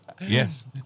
Yes